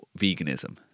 veganism